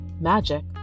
magic